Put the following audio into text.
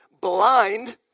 blind